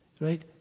Right